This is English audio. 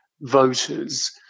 voters